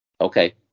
okay